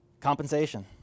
Compensation